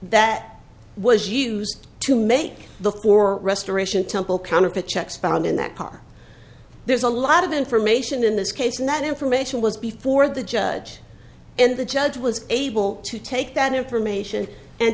that was used to make the poor restoration temple counterfeit checks found in that car there's a lot of information in this case and that information was before the judge and the judge was able to take that information and